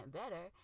better